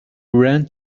ran